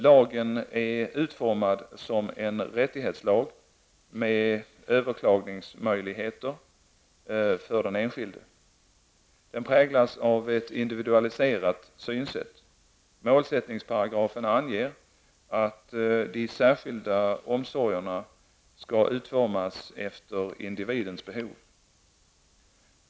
Lagen är utformad som en rättighetslag med överklagningsmöjligheter för den enskilde. Den präglas av ett individualiserat synsätt. Målsättningsparagrafen anger att de särskilda omsorgerna skall utformas efter individens behov.